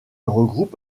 regroupe